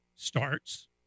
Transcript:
starts